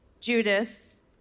Judas